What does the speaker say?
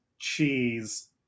cheese